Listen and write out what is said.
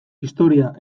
historia